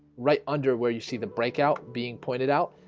right under where you see the breakout being pointed out,